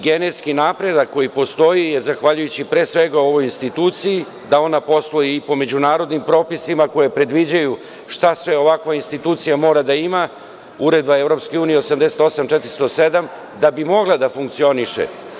Genetski napredak koji postoji je zahvaljujući pre svega ovoj instituciji, da ona posluje i po međunarodnim propisima koja predviđaju šta sve ovakva institucija mora da ima, uredba EU 88407, da bi mogla da funkcioniše.